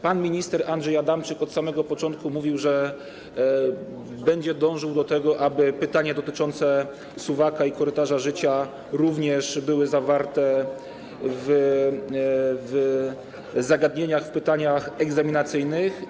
Pan minister Andrzej Adamczyk od samego początku mówił, że będzie dążył do tego, aby pytania dotyczące suwaka i korytarza życia również były zawarte w zagadnieniach, w pytaniach egzaminacyjnych.